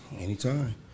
Anytime